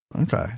Okay